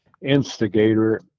instigator